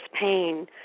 pain